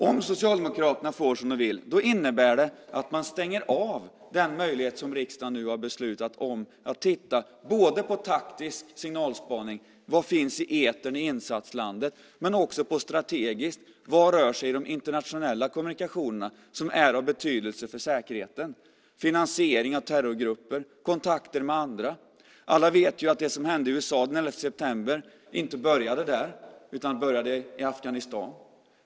Om Socialdemokraterna får som de vill innebär det att man stänger av den möjlighet som riksdagen nu har beslutat om att titta på både taktisk signalspaning, nämligen vad som finns i etern i insatslandet, och strategisk, nämligen vad som rör sig i de internationella kommunikationerna som är av betydelse för säkerheten, till exempel finansiering av terrorgrupper och kontakter med andra. Alla vet att det som hände i USA den 11 september inte började där utan i Afghanistan.